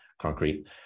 concrete